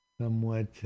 somewhat